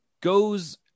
goes